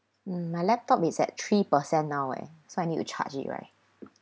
mm my laptop is at three percent now eh so I need to charge it right